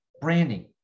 branding